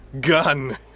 gun